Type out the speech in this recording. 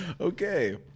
Okay